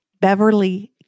Beverly